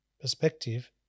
perspective